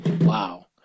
Wow